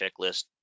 checklist